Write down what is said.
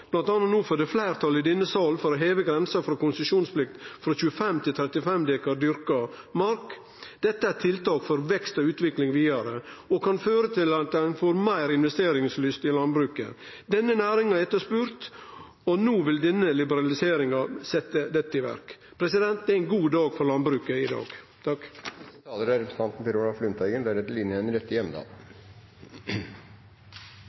det no er fleirtal i denne salen for å heve grensa for konsesjonsplikt frå 25 til 35 dekar dyrka mark. Dette er tiltak for vekst og utvikling vidare og kan føre til at ein får meir investeringslyst i landbruket. Denne næringa er etterspurd, og no vil denne liberaliseringa setje dette i verk. Det er ein god dag for landbruket i dag. Jeg er helt enig med representanten